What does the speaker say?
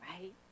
right